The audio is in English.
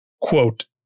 Quote